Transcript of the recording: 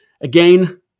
Again